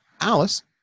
Alice